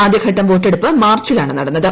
ആദ്യഘട്ടം വോട്ടെടുപ്പ് മാർച്ചിലാണ് നടന്നത്